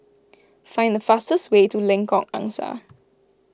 find the fastest way to Lengkok Angsa